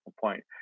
point